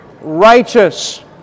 righteous